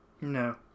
No